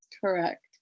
Correct